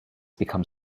become